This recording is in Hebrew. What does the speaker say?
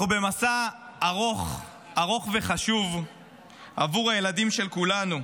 אנחנו במסע ארוך וחשוב עבור הילדים של כולנו.